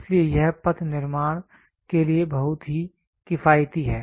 इसलिए यह पथ निर्माण के लिए बहुत ही किफायती है